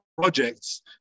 projects